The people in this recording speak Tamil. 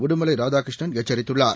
உடுமலைராதாகிருஷ்ணன் எச்சரித்துள்ளார்